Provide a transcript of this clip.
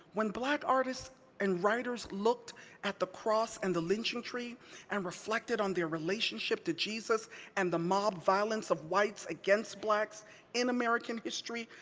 when black artists and writers looked at the cross and the lynching tree and reflected on their relationship to jesus and the mob violence of whites against blacks in american history,